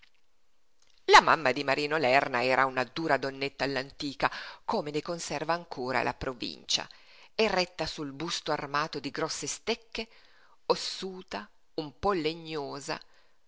la mamma di marino lerna era una dura donnetta all'antica come ne conserva ancora la provincia eretta sul busto armato di grosse stecche ossuta un po legnosa